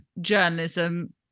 journalism